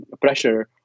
pressure